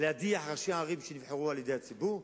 להדיח ראשי ערים שנבחרו על-ידי הציבור,